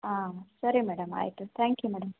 ಆಂ ಸರಿ ಮೇಡಮ್ ಆಯಿತು thank you madam